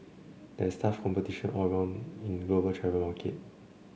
there is tough competition all round in the global travel market